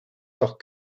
doch